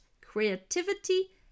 creativity